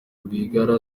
rwigara